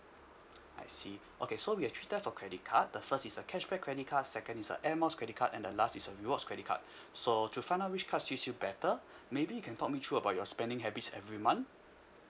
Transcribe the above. I see okay so we have three types of credit card the first is a cashback credit card second is a air miles credit card and the last is a rewards credit card so to find out which cards suits you better maybe you can talk me through about your spending habits every month